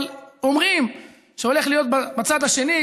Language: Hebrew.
אבל אומרים שהולך להיות בצד השני,